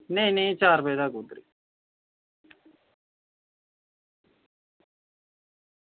नेईं नेईं चार क बजे तगर